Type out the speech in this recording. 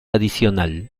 adicional